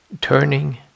turning